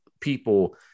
people